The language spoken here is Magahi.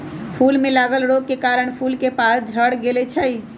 फूल में लागल रोग के कारणे फूल के पात झरे लगैए छइ